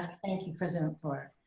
ah thank you president fluor.